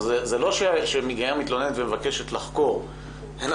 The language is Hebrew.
זה לא שמגיעה מתלוננת ומבקשת לחקור אלא